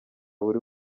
buri